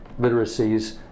literacies